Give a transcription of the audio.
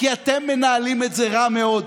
כי אתם מנהלים את זה רע מאוד.